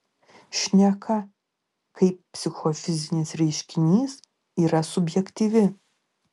šneka kaip psichofizinis reiškinys yra subjektyvi